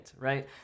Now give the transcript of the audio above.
right